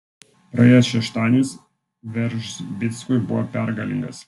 praėjęs šeštadienis veržbickui buvo pergalingas